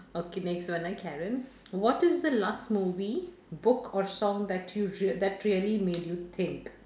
okay next one ah Karen what is the last movie book or song that you re~ that really made you think